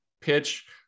pitch